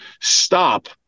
stop